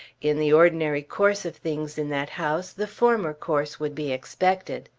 in the ordinary course of things in that house the former course would be expected.